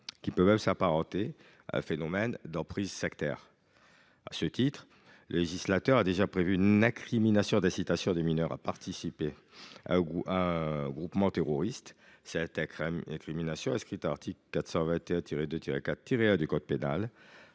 qui peut même s’apparenter à un phénomène d’emprise sectaire. À ce titre, le législateur a déjà prévu une incrimination d’incitation de mineurs à participer à un groupement terroriste. Cette incrimination, inscrite à l’article 421 2 4 1 du code pénal,